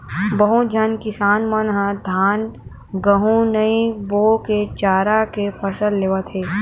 बहुत झन किसान मन ह धान, गहूँ नइ बो के चारा के फसल लेवत हे